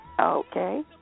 Okay